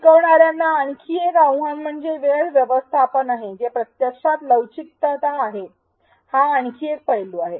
शिकवणार्यांना आणखी एक आव्हान म्हणजे वेळ व्यवस्थापन आहे जे प्रत्यक्षात लवचिकता आहे हा आणखी एक पैलू आहे